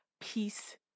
peace